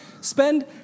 spend